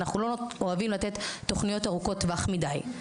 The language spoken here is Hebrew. לא אוהבים תוכניות ארוכות טווח מידי.